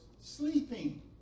sleeping